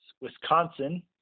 Wisconsin